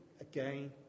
again